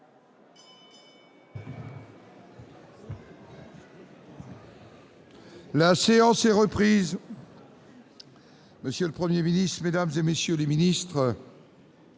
La séance est reprise. Monsieur le Premier ministre, mesdames, messieurs les ministres,